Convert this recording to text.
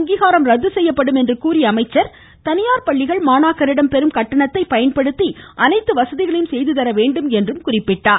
அங்கீகாரம் ரத்து செய்யப்படும் என்று கூறிய அவர் தனியார் பள்ளிகள் மாணாக்கரிடம் பெறும் கட்டணத்தை பயன்படுத்தி அனைத்து வசதிகளையும் செய்துதர வேண்டும் என்று தெரிவித்தார்